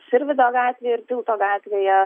sirvydo gatvėj ir tilto gatvėje